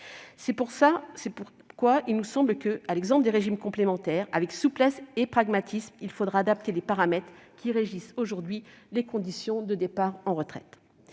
C'est pourquoi il nous semble que, sur l'exemple des régimes complémentaires, avec souplesse et pragmatisme, il faudra adapter les paramètres qui régissent aujourd'hui les conditions de départ à la retraite.